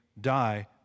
die